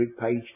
page